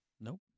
Nope